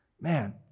Man